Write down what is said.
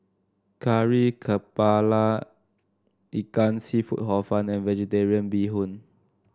Kari kepala Ikan seafood Hor Fun and vegetarian Bee Hoon